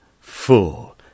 full